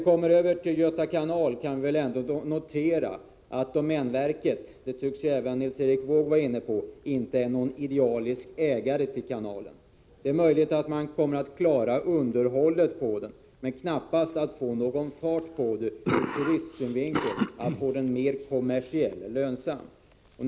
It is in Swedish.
Beträffande AB Göta kanalbolag kan vi notera att domänverket inte är någon idealisk ägare, vilket Nils Erik Wååg också tycktes mena. Det är möjligt att man kan klara underhållet, men det kan knappast bli någon fart på det hela, så att det blir mer kommersiellt lönsamt.